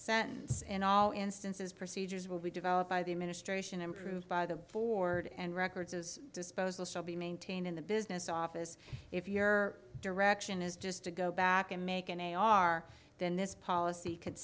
sentence in all instances procedures will be developed by the administration improved by the ford and records as disposal shall be maintained in the business office if your direction is just to go back and make an a r then this policy could